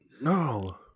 no